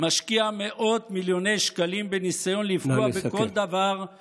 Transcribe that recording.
משקיע מאות מיליוני שקלים בניסיון לפגוע בכל דבר -- נא לסכם.